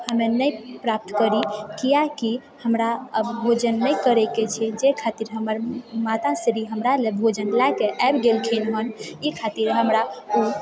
हमे नहि प्राप्त करि किआकि हमरा अब भोजन नहि करएके छै जाहि खातिर हमर माताश्री हमरा लए भोजन लएके आबि गेलखिन हँ ई खातिर हमरा ओ